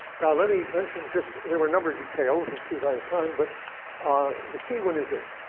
now, let me mention just there were a number of details. we'll see if i have time. but the key one is this